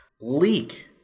leak